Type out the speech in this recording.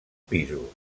pisos